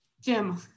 Jim